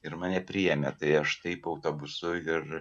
ir mane priėmė tai aš taip autobusu ir